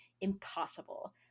impossible